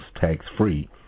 tax-free